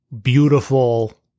beautiful